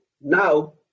now